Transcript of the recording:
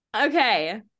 Okay